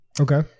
Okay